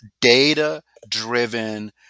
data-driven